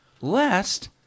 lest